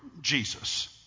Jesus